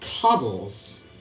cobbles